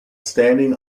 standing